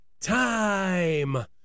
time